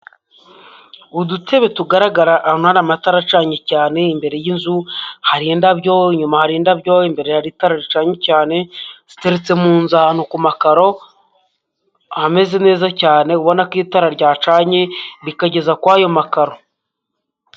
Udutebe tugaragara ahantu hari amatara acanye cyane, imbere y'inzu, hari indabyo, inyuma hari indabyo, imbere hari itara ricanye cyane, ziteretse mu nzu ahantu ku makaro, hameze neza cyane, ubona ko itara ryacanye rikageza kw'ayo makaro.